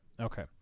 okay